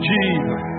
Jesus